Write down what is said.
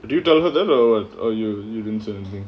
did you tell her that or or you you didn't say anything